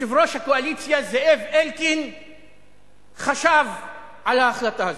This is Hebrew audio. יושב-ראש הקואליציה זאב אלקין חשב על ההחלטה הזאת?